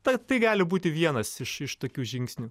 tai tai gali būti vienas iš iš tokių žingsnių